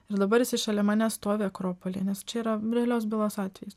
ir dabar jisai šalia manęs stovi akropoly nes čia yra realios bylos atvejis